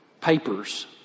Papers